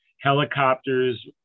helicopters